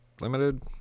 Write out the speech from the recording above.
limited